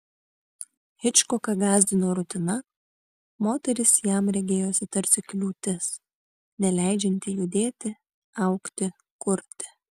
hičkoką gąsdino rutina moteris jam regėjosi tarsi kliūtis neleidžianti judėti augti kurti